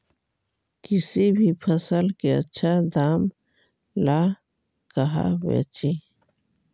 किसी भी फसल के आछा दाम ला कहा बेची?